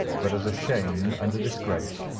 but as a shame and a disgrace.